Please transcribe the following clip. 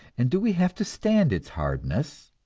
and do we have to stand its hardness?